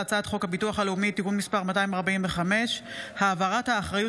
הממשלה: הצעת חוק הביטוח הלאומי (תיקון מס' 245) (העברת האחריות